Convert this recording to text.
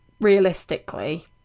realistically